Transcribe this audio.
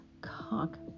cock